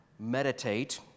meditate